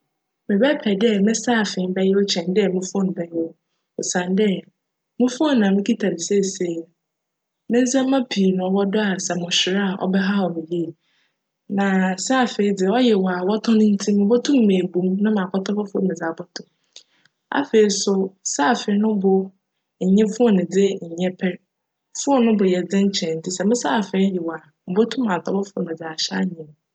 Mebjpj dj me saafee bjyew kyjn dj mo "phone" bjyew osiandj mo "phone" a mikitsa no sesei yi, me ndzjmba pii na cwc do a sj mo hwer a cbjhaw me yie. Na saafee dze, cyew a wctcn ntsi mobotum meebu no na m'akctc fofor ato mu. Afei so, saafee no bo nnye "phone'' dze nnyj pjr. "Phone" no bo yj dzen kyjn ne ntsi sj me saafee yew, mobotum atc fofor ahyj anan mu.